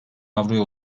avroya